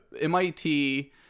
mit